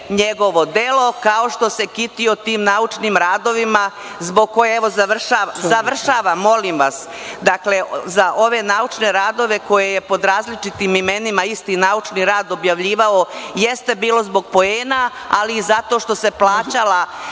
njegovo delo, kao što se kitio tim naučnim radovima zbog kojeg, evo završavam, završavam, molim vas, dakle, za ove naučne radove koje je pod različitim imenima isti naučni rad objavljivao jeste bilo zbog poena, ali i zato što se plaćalo